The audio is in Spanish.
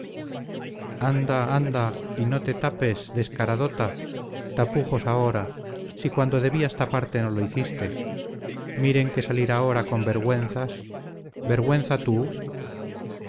anda anda y no te tapes descaradota tapujos ahora si cuando debías taparte no lo hiciste miren que salir ahora con vergüenzas vergüenza tú